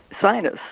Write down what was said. scientists